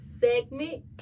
Segment